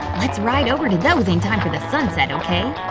let's ride over to those in time for the sunset, okay?